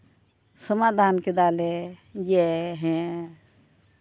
ᱥᱚᱢᱟᱫᱷᱟᱱ ᱠᱮᱫᱟᱞᱮ ᱡᱮ ᱦᱮᱸ